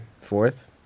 Fourth